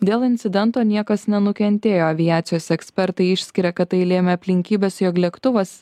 dėl incidento niekas nenukentėjo aviacijos ekspertai išskiria kad tai lėmė aplinkybės jog lėktuvas